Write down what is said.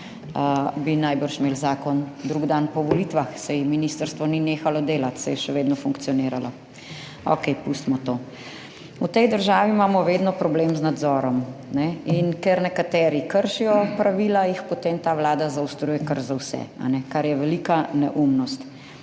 bi najbrž imeli zakon drug dan po volitvah, saj ministrstvo ni nehalo delati, saj je še vedno funkcioniralo. Okej, pustimo to. V tej državi imamo vedno problem z nadzorom in ker nekateri kršijo pravila, jih potem ta Vlada zaostruj, kar za vse, kar je velika neumnost.